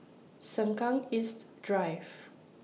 Sengkang East Drive